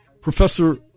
Professor